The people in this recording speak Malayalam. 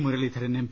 മുരളീധരൻ എം